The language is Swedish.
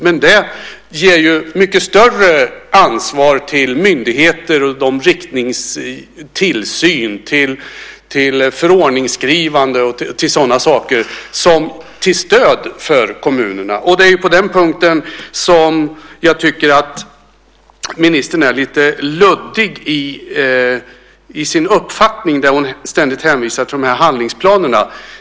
Men det ger mycket större ansvar till myndigheter om riktningstillsyn, förordningsskrivande och sådana saker, till stöd för kommunerna. Det är på den punkten som jag tycker att ministern är lite luddig i sin uppfattning när hon ständigt hänvisar till handlingsplanerna.